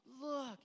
look